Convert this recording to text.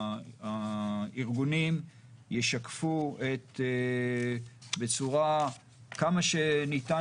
חשוב שהארגונים ישקפו בצורה כמה שניתן